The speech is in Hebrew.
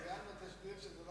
צוין בתשדיר שזה לא